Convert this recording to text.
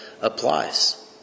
applies